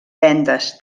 vendes